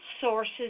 sources